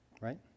right